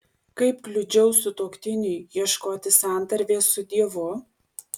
kaip kliudžiau sutuoktiniui ieškoti santarvės su dievu